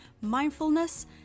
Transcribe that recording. mindfulness